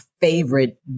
favorite